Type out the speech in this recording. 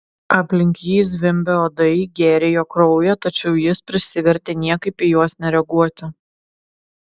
aplink jį zvimbė uodai gėrė jo kraują tačiau jis prisivertė niekaip į juos nereaguoti